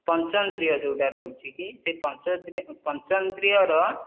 ପଞ୍ଚଇନ୍ଦ୍ରିୟ ଯେଉଁଟା ରହୁଛିକି ସେ ପଞ୍ଚଇନ୍ଦ୍ରିୟର